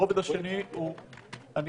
הרובד השני, אני